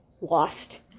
lost